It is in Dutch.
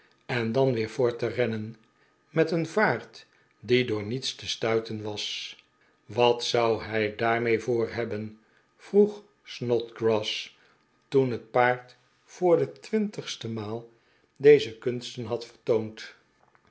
en dan weer voort te rennen met een vaart die door niets te stuiten was wat zou hij daarmee voor hebben vroeg snodgrass toen het paard voor de winkle's paard vertoont kuren twintigste maal deze kunsten had vertoond